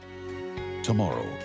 Tomorrow